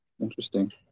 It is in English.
interesting